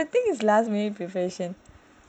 everything is last minute revision